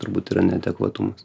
turbūt yra neadekvatumas